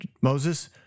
Moses